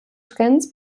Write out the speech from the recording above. trends